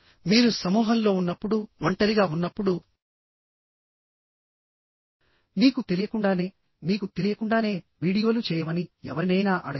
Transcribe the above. మీరు సమూహంలో ఉన్నప్పుడు ఒంటరిగా ఉన్నప్పుడు మీకు తెలియకుండానే మీకు తెలియకుండానే వీడియోలు చేయమని ఎవరినైనా అడగండి